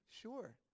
sure